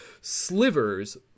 slivers